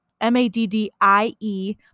m-a-d-d-i-e